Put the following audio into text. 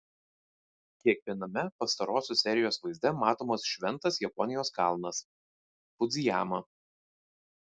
kiekviename pastarosios serijos vaizde matomas šventas japonijos kalnas fudzijama